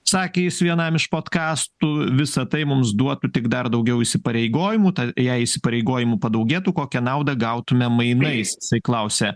sakė jis vienam iš podkastų visa tai mums duotų tik dar daugiau įsipareigojimų tad jei įsipareigojimų padaugėtų kokią naudą gautume mainais jisai klausia